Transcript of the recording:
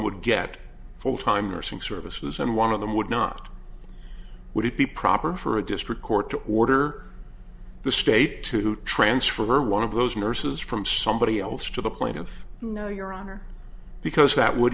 would get full time nursing services and one of them would not would it be proper for a district court to order the state to transfer one of those nurses from somebody else to the point of no your honor because that would